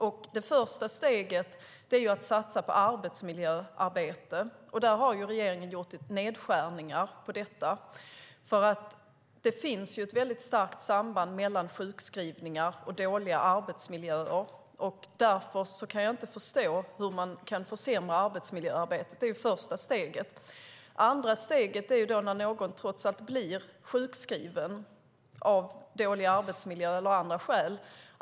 Och det första steget är att satsa på arbetsmiljöarbete, vilket regeringen har skurit ned på. Det finns ett starkt samband mellan sjukskrivningar och dåliga arbetsmiljöer. Därför kan jag inte förstå hur man kan försämra arbetsmiljöarbetet. Det är ju det första steget. Det andra steget är när någon trots allt blir sjukskriven, på grund av dålig arbetsmiljö eller av andra skäl.